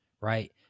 right